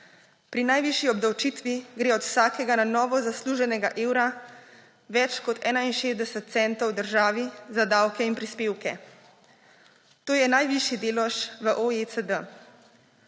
pri najvišji obdavčitvi gre od vsakega na novo zasluženega evra več kot 61 centov državi za davke in prispevke. To je najvišji delež v OECD.